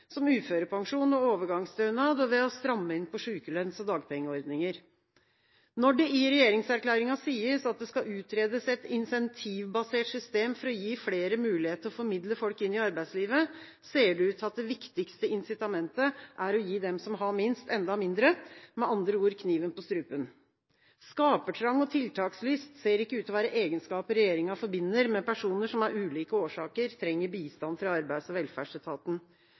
som uførepensjon og overgangsstønad og ved å stramme inn på sykelønns- og dagpengeordninger. Når det i regjeringserklæringa sies at det skal utredes «et incentivbasert system for å gi flere mulighet til å formidle folk inn i arbeidslivet», ser det ut til at det viktigste insitamentet er å gi dem som har minst, enda mindre – med andre ord: kniven på strupen. Skapertrang og tiltakslyst ser ikke ut til å være egenskaper regjeringa forbinder med personer som av ulike årsaker trenger bistand fra arbeids- og velferdsetaten.